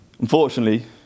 unfortunately